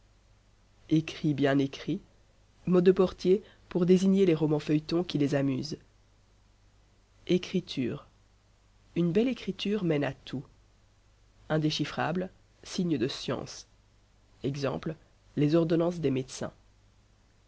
écrit bien écrit mots de portier pour désigner les romansfeuilletons qui les amusent écriture une belle écriture mène à tout indéchiffrable signe de science ex les ordonnances des médecins